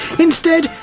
instead,